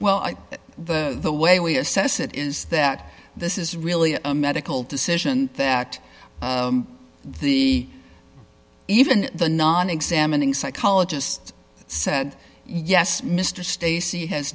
well i the way we assess it is that this is really a medical decision that the even the non examining psychologist said yes mr stacey has